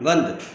बन्द